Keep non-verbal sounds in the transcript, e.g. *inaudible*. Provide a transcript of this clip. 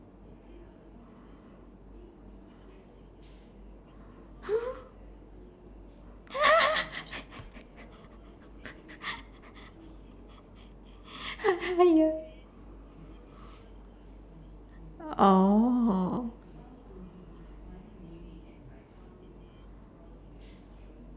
*laughs* oh